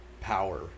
power